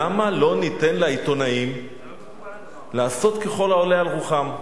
למה לא ניתן לעיתונאים לעשות ככל העולה על רוחם,